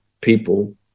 people